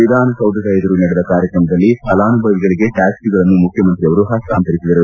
ವಿಧಾನಸೌಧದ ಎದುರು ನಡೆದ ಕಾರ್ಯಕ್ರಮದಲ್ಲಿ ಫಲಾನುಭವಿಗಳಿಗೆ ಟ್ಹಾಕ್ತಿಗಳನ್ನು ಮುಖ್ಯಮಂತ್ರಿಯವರು ಹುತ್ತಾಂತರಿಸಿದರು